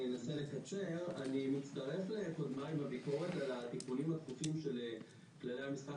אני מצטרף לקודמי בביקורת על התיקונים התכופים של כללי המשחק